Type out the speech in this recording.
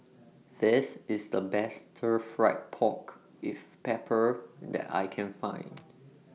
This IS The Best Stir Fried Pork with Pepper that I Can Find